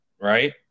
right